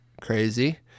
crazy